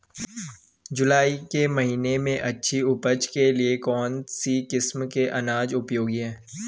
जुलाई के महीने में अच्छी उपज के लिए कौन सी किस्म के अनाज उपयोगी हैं?